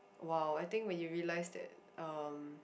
!wow! I think when you realize that um